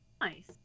Nice